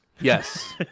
Yes